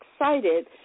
excited